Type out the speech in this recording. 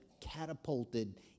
catapulted